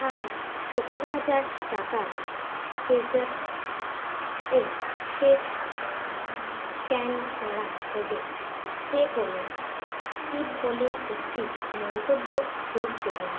আর সত্তর হাজার টাকা পেজ্যাপ এ শেষ স্ক্যান করা কোডে পে করুন টিপ বলে একটি মন্তব্য যোগ করুন